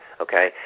okay